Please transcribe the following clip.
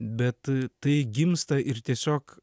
bet tai gimsta ir tiesiog